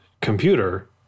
computer